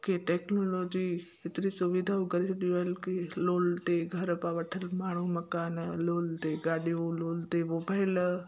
कि टेक्नोलॉजी एतिरी सुविधाऊं करे छॾियूं आहिनि कि लोन ते घर पिया वठनि माण्हू मकान लोन ते गाॾियूं लोन ते मोबाइल